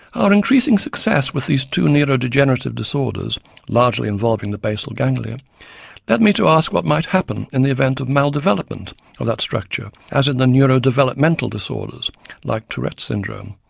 our increasing success with these two neurodegenerative disorders largely involving the basal ganglia led me to ask what might happen in the event of maldevelopment of that structure, as in the neurodevelopmental disorders like tourette's syndrome,